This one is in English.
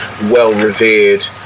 well-revered